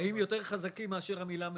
החיים יותר חזקים מאשר המילה מראש.